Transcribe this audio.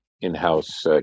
in-house